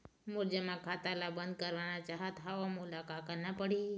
मोर जमा खाता ला बंद करवाना चाहत हव मोला का करना पड़ही?